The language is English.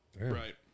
Right